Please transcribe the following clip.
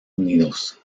unidos